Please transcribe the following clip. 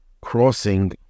crossing